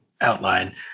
outline